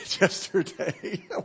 yesterday